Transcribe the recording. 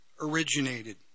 originated